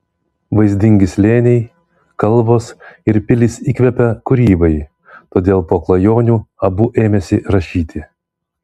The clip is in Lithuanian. vaizdingi slėniai kalvos ir pilys įkvepia kūrybai todėl po klajonių abu ėmėsi rašyti